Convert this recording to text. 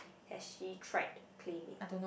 has she tried Play Made